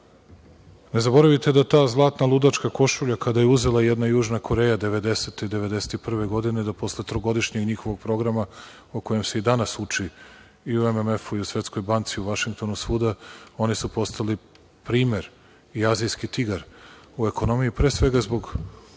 Ne zaboravite da ta „zlatna ludačka košulja“ kada je uzela jedna Južna Koreja 1990/91. godine da posle trogodišnjeg njihovog programa po kojem se i danas uči i u MMF i u Svetskoj banci u Vašingtonu i svuda, oni su primer i Azijski tigar u ekonomiji, pre svega zbog